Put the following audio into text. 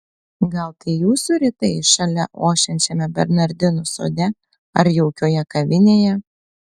gal tai jūsų rytai šalia ošiančiame bernardinų sode ar jaukioje kavinėje